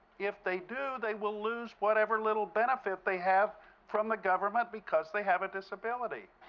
if they do, they will lose whatever little benefit they have from the government because they have a disability.